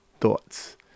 thoughts